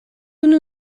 unu